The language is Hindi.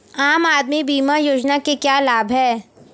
आम आदमी बीमा योजना के क्या लाभ हैं?